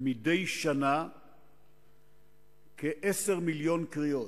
מדי שנה כ-10 מיליוני קריאות.